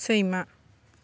सैमा